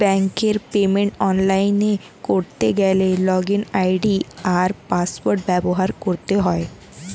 ব্যাঙ্কের পেমেন্ট অনলাইনে করতে গেলে লগইন আই.ডি আর পাসওয়ার্ড ব্যবহার করতে হয়